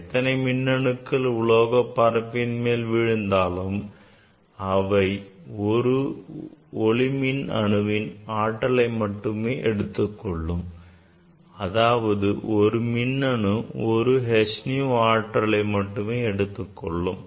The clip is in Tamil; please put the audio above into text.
எத்தனை ஒளிமின்னணுக்கள் உலோகப் பரப்பின் மேல் விழுந்தாலும் அவை ஒரு ஒளிமின் அணுவின் ஆற்றலை மட்டுமே எடுத்துக் கொள்ளும் அதாவது ஒரு மின்னணு ஒரு h nu ஆற்றலை மட்டுமே எடுத்துக்கொள்ளும்